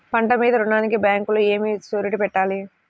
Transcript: పంట మీద రుణానికి బ్యాంకులో ఏమి షూరిటీ పెట్టాలి?